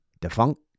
Defunct